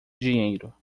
dinheiro